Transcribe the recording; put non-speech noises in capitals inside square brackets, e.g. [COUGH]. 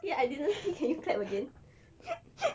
ya I didn't see can you clap again [LAUGHS]